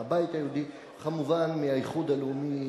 מהבית היהודי וכמובן מהאיחוד הלאומי,